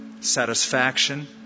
satisfaction